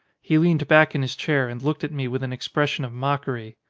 he leaned back in his chair and looked at me with an expression of mockery.